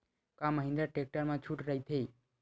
का महिंद्रा टेक्टर मा छुट राइथे?